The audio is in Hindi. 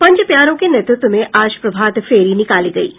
पंज प्यारों के नेतृत्व में आज प्रभात फेरी निकाली गई है